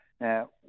Now